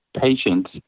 patients